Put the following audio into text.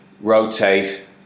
rotate